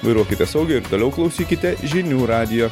vairuokite saugiai ir toliau klausykite žinių radijo